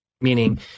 Meaning